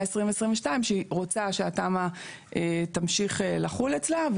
2022 שהיא רוצה שהתמ"א תמשיך לחול אצלה.